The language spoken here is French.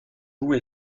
goût